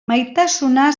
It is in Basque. maitasuna